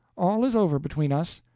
all is over between us.